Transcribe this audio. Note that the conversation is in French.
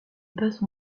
passe